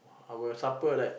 our supper like